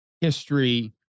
history